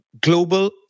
global